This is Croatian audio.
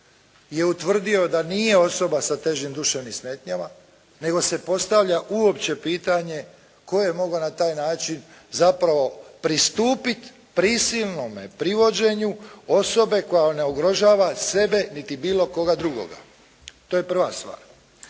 je utvrdio da nije osoba sa težim duševnim smetnjama, nego se postavlja uopće pitanje tko je mogao na taj način zapravo pristupiti prisilnome privođenju osobe koja ne ugrožava sebe, niti bilo koga drugoga. To je prva stvar.